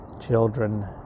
children